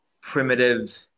primitive